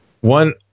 One